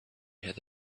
had